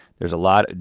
there's a lot,